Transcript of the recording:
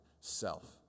self